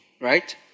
Right